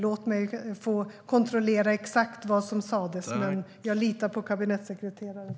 Låt mig få kontrollera exakt vad som sas, men jag litar på kabinettssekreteraren.